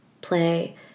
play